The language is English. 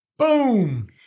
Boom